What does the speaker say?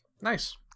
Nice